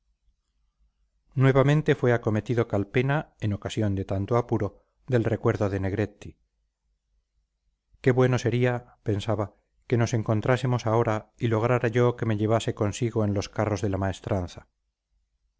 nuevamente fue acometido calpena en ocasión de tanto apuro del recuerdo de negretti qué bueno sería pensaba que nos encontrásemos ahora y lograra yo que me llevase consigo en los carros de la maestranza